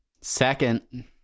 second